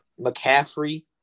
McCaffrey